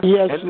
Yes